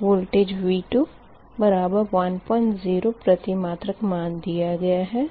voltage V2 10 प्रतिमात्रक मान दिया गया है